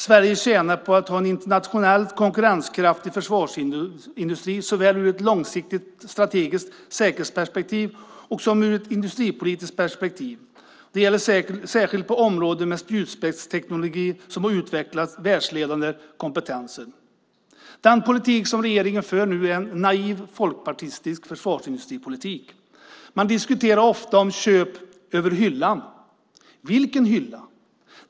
Sverige tjänar på att ha en internationellt konkurrenskraftig försvarsindustri såväl ur ett långsiktigt strategiskt säkerhetsperspektiv som ur ett industripolitiskt perspektiv. Det gäller särskilt på områden med spjutspetsteknologi såsom att utveckla världsledande kompetenser. Den politik som regeringen nu för är en naiv folkpartistisk försvarsindustripolitik. Man talar ofta om köp över hyllan. Vilken hylla talar man om?